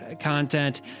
content